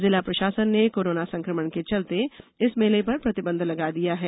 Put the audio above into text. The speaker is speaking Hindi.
जिला प्रशासन ने कोरोना संकमण के चलते इस मेले पर प्रतिबंध लगा दिया है